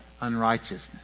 unrighteousness